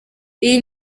iyo